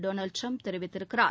Donald Trump தெரிவித்திருக்கிறார்